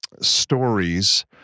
stories